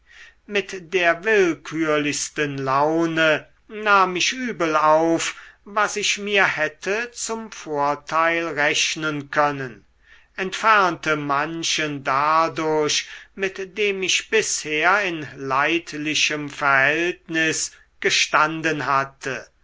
mit der willkürlichsten laune nahm ich übel auf was ich mir hätte zum vorteil rechnen können entfernte manchen dadurch mit dem ich bisher in leidlichem verhältnis gestanden hatte